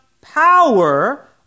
power